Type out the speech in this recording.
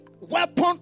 weapon